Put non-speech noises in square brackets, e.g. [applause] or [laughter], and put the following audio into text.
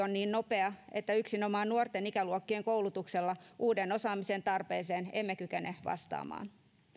[unintelligible] on niin nopea että yksinomaan nuorten ikäluokkien koulutuksella uuden osaamisen tarpeeseen emme kykene vastaamaan